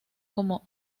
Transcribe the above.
como